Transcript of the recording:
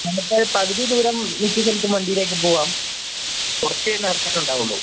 നമുക്ക് പകുതി ദൂരം നിൽക്ക് ചിലപ്പം വണ്ടിയിലേക്കും പോവാം കുറച്ചേ നടക്കാൻ ഉണ്ടാവുള്ളൂ